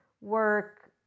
work